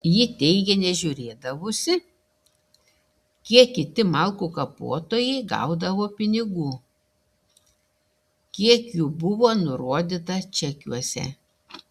ji teigė nežiūrėdavusi kiek kiti malkų kapotojai gaudavo pinigų kiek jų buvo nurodyta čekiuose